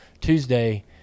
Tuesday